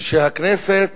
שהכנסת